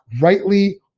rightly